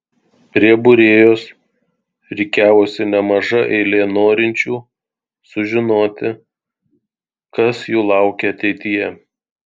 prie būrėjos rikiavosi nemaža eilė norinčių sužinoti kas jų laukia ateityje